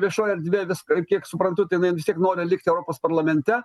viešoj erdvėj vis ir kiek suprantu tai jinai vis tiek noriu likti europos parlamente